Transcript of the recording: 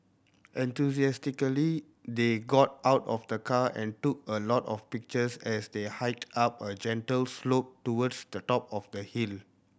enthusiastically they got out of the car and took a lot of pictures as they hiked up a gentle slope towards the top of the hill